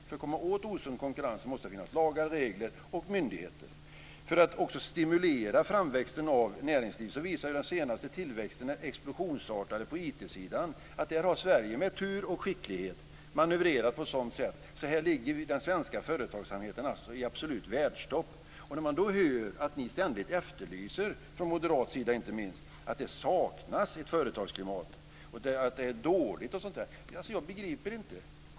För att man ska komma åt osund konkurrens måste det finnas lagar, regler och myndigheter, och också för att stimulera framväxten av näringsliv. sidan visar att Sverige med tur och skicklighet har manövrerat på ett sådant sätt att den svenska företagsamheten här ligger i absolut världstopp. När man då ständigt hör, inte minst från moderat sida, att det saknas ett företagsklimat, att det är dåligt osv. begriper jag inte det.